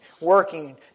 working